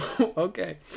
Okay